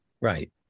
Right